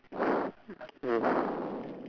mm